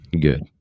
good